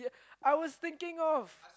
I was thinking of